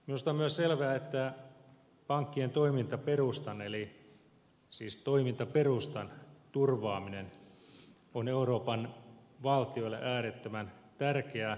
minusta on myös selvää että pankkien toimintaperustan turvaaminen on euroopan valtioille äärettömän tärkeää